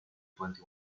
twenty